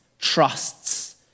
trusts